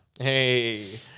Hey